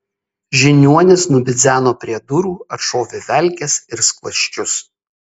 žiniuonis nubidzeno prie durų atšovė velkes ir skląsčius